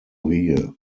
here